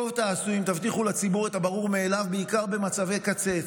טוב תעשו אם תבטיחו לציבור את הברור מאליו בעיקר במצבי קצה,